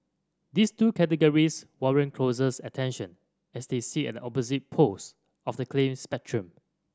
these two categories warrant closers attention as they sit at opposite poles of the claim spectrum